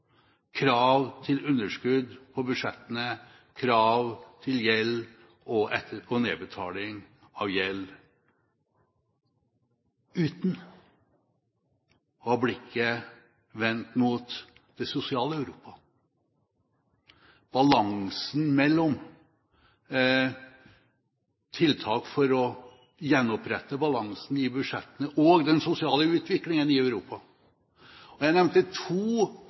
krav til underskudd på budsjettene, krav til gjeld og etterpå nedbetaling av gjeld, uten å ha blikket vendt mot det sosiale Europa, balansen mellom tiltak for å gjenopprette budsjettbalansen og den sosiale utviklingen i Europa. Jeg nevnte to